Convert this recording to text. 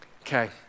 Okay